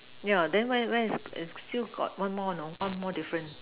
yeah then where where where is still got one more you know one more difference